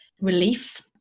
relief